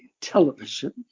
television